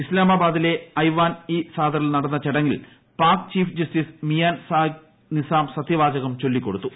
ഇസ്താമാബാദിലെ ഐവാൻ ഇ സാദറിൽ നടന്ന ചടങ്ങിൽ പാക് ചീഫ് ജസ്റ്റിസ് മിയാൻ സാഖിബ് നിസാള സത്യവാചകം ചൊല്ലിക്കൊടുത്തു